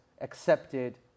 Accepted